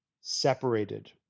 separated